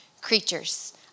creatures